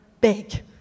big